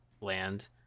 land